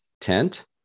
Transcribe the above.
Tent